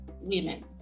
women